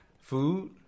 food